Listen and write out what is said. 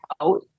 out